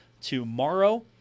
tomorrow